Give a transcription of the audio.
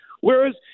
Whereas